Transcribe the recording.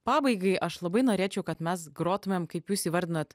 pabaigai aš labai norėčiau kad mes grotumėm kaip jūs įvardinot